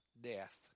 death